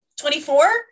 24